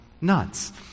nuts